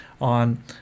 on